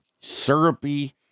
syrupy